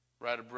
Right